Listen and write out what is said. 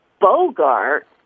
Bogart